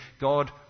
God